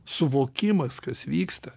suvokimas kas vyksta